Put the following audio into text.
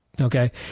okay